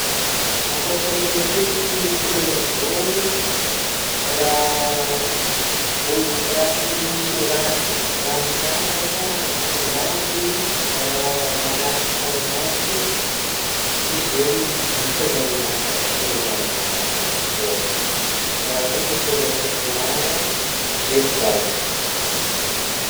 Za ka fa mieritreritry kolera jaune i raha ôlo-raha ty misongadigna, raha miavaka raha misongadigny raha malaky hitagn'ny maso, zegny dikagny aminah ka fa kolera jaune, raha voalohany tônga an-tsaignanah zerigagny.